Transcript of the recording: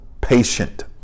patient